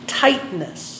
tightness